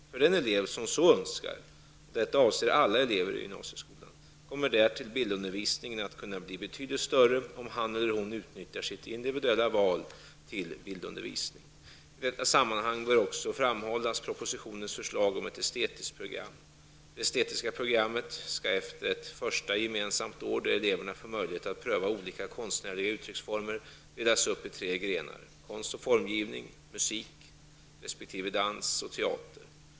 För den elev som så önskar -- och detta avser alla elever i gymnasieskolan -- kommer därtill bildundervisningen att kunna bli betydligt större om han eller hon utnyttjar sitt individuella val till bildundervisning. I detta sammanhang bör också framhållas propositionens förslag om ett estetiskt program. Det estetiska programmet skall efter ett första gemensamt år, där eleverna får möjlighet att pröva olika konstnärliga uttrycksformer, delas upp i tre grenar: konst och formgivning, musik resp. dans och teater.